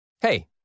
Hey